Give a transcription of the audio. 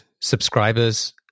subscribers